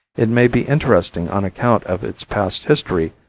it may be interesting on account of its past history,